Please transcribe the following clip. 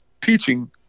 teaching